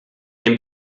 dem